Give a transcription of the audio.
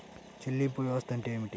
చెల్లింపు వ్యవస్థ అంటే ఏమిటి?